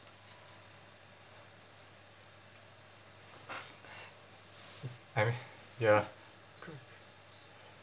I mean ya